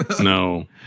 No